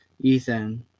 Ethan